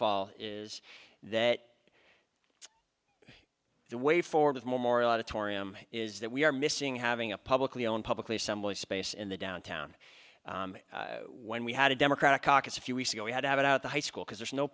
fall is that the way forward memorial auditorium is that we are missing having a publicly owned publicly assembly space in the downtown when we had a democratic caucus a few weeks ago we had to have it out the high school because there's no